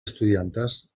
estudiantes